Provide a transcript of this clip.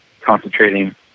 concentrating